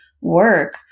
work